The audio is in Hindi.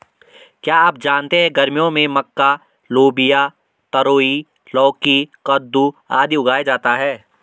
क्या आप जानते है गर्मियों में मक्का, लोबिया, तरोई, लौकी, कद्दू, आदि उगाया जाता है?